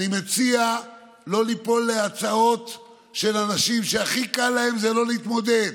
אני מציע לא ליפול להצעות של אנשים שהכי קל להם זה לא להתמודד,